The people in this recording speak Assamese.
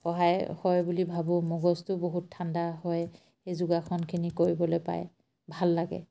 সহায় হয় বুলি ভাবোঁ মগজটো বহুত ঠাণ্ডা হয় সেই যোগাসনখিনি কৰিবলৈ পায় ভাল লাগে